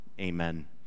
Amen